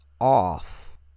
off